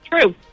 True